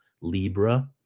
Libra